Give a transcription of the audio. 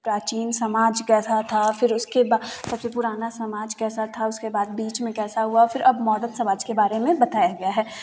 प्राचीन समाज कैसा था फिर उसके बाद सबसे पुराना समाज कैसा था उसके बाद बीच में कैसा हुआ फिर अब मॉडल समाज के बारे में बताया गया है